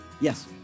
yes